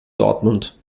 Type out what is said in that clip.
dortmund